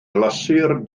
glasur